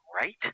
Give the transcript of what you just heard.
right